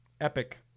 Epic